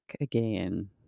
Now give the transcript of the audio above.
again